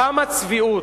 כמה צביעות?